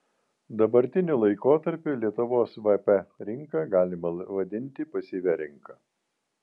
dabartiniu laikotarpiu lietuvos vp rinką galime vadinti pasyvia rinka